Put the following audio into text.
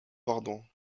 pardon